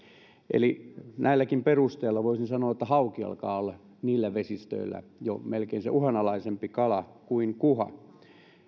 eli näilläkin perusteilla voisin sanoa että hauki alkaa olla niillä vesistöillä jo melkein se uhanalaisempi kala kuin kuha